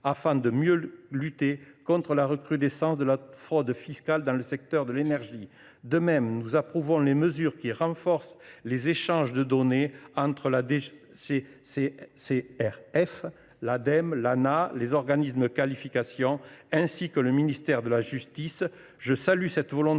afin de mieux lutter contre la recrudescence de la fraude fiscale dans le secteur de l’énergie. De même, nous approuvons les mesures qui renforcent les échanges de données entre la DGCCRF, l’Ademe, l’Anah, les organismes de qualification et le ministère de la justice.